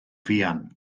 fuan